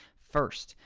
first,